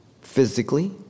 physically